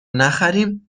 نخریم